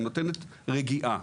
היא נותנת רגיעה.